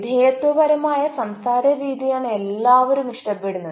വിധേയത്വപരമായ സംസാര രീതിയാണ് എല്ലാവരും ഇഷ്ടപ്പെടുന്നത്